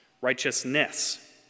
Righteousness